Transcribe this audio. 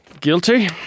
Guilty